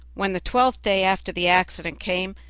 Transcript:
when the twelfth day after the accident came,